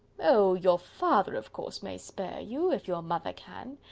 oh! your father of course may spare you, if your mother can.